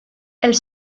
elle